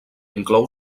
inclou